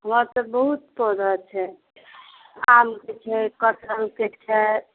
यहाँ तऽ बहुत पौधा छै आमके छै कटहलके छै